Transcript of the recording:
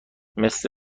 مثل